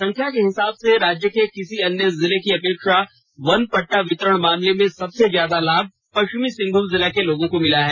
संख्या के हिसाब से राज्य के किसी अन्य जिले की अपेक्षा वन पट्टा वितरण मामले में सबसे ज्यादा लाभ पश्चिमी सिंहभूम जिला के लोगों को मिला है